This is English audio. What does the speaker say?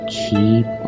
keep